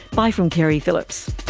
bye from keri phillips